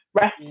rest